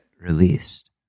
released